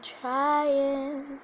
trying